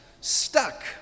stuck